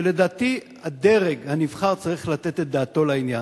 ולדעתי, הדרג הנבחר צריך לתת את דעתו לעניין.